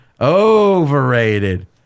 overrated